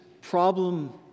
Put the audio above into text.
problem